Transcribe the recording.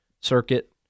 circuit